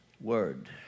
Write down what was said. Word